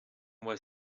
was